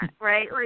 right